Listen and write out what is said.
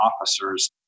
officers